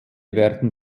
werden